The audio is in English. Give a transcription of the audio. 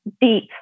deep